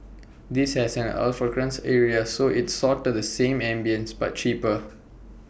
IT has an alfresco area so it's sorta the same ambience but cheaper